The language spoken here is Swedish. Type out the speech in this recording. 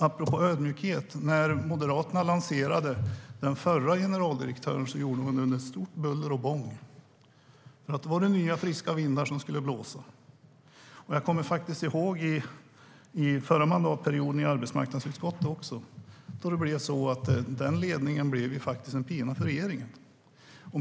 Apropå ödmjukhet: Moderaterna lanserade den förra generaldirektören med stort buller och bång. Då var det nya friska vindar som skulle blåsa. Jag kommer ihåg hur det var i arbetsmarknadsutskottet förra mandatperioden. Den ledningen för Arbetsförmedlingen blev en pina för regeringen.